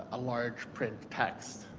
a large print text,